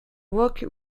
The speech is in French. rock